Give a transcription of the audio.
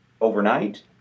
Overnight